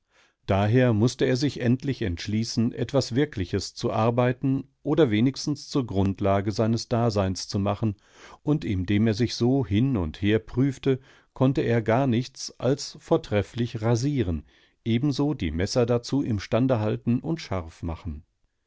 daher mußte er sich endlich entschließen etwas wirkliches zu arbeiten oder wenigstens zur grundlage seines daseins zu machen und indem er sich so hin und her prüfte konnte er gar nichts als vortrefflich rasieren ebenso die messer dazu im stande halten und scharf machen